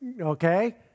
okay